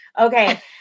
Okay